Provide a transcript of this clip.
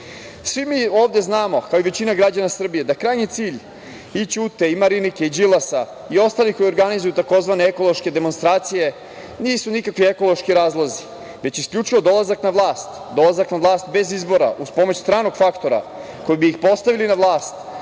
mi ovde znamo, kao i većina građana Srbije, da krajnji cilj i Ćute i Marinike i Đilasa i ostalih koji organizuju takozvane ekološke demonstracije nisu nikakvi ekološki razlozi, već isključivo dolazak na vlast bez izbora, uz pomoć stranog faktora, koji bi ih postavili na vlast